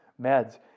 meds